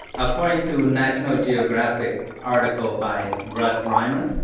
according to national geographic article by russ rymer,